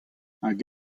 hag